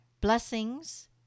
blessings